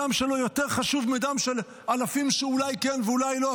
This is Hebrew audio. הדם שלו יותר חשוב מדם של אלפים שאולי כן ואולי לא?